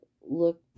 look